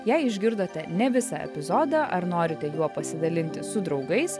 jei išgirdote ne visą epizodą ar norite juo pasidalinti su draugais